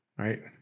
Right